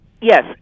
Yes